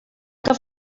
que